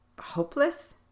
hopeless